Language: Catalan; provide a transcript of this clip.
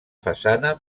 façana